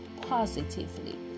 positively